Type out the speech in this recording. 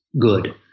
good